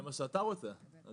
זה מה שאתה רוצה, אדוני.